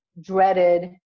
dreaded